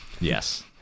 Yes